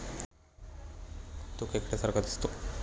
तो खेकड्या सारखा दिसतो